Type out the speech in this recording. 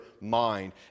mind